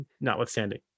notwithstanding